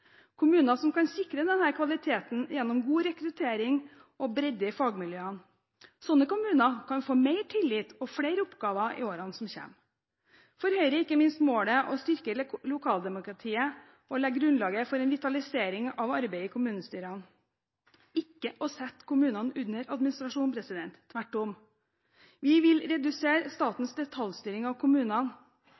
kommuner som kan sikre denne gode kvaliteten gjennom god rekruttering og bredde i fagmiljøene. Slike kommuner kan få mer tillit og flere oppgaver i årene som kommer. For Høyre er målet ikke minst å styrke lokaldemokratiet og legge grunnlaget for en vitalisering av arbeidet i kommunestyrene. Det er ikke å sette kommunene under administrasjon – tvert om. Vi vil redusere statens detaljstyring av kommunene.